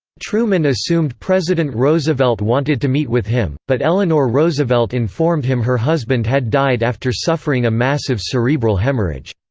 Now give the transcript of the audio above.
truman assumed president roosevelt wanted to meet with him, but eleanor roosevelt informed him her husband had died after suffering a massive cerebral hemorrhage.